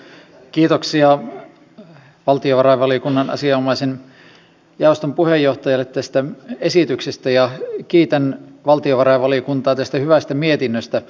kiitoksia valtiovarainvaliokunnan asianomaisen jaoston puheenjohtajalle tästä esityksestä ja kiitän valtiovarainvaliokuntaa tästä hyvästä mietinnöstä